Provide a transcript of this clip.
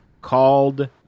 called